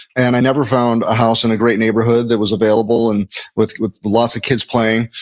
and i never found a house in a great neighborhood that was available and with with lots of kids playing.